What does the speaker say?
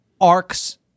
arcs